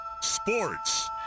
Sports